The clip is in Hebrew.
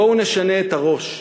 בואו נשנה את הראש,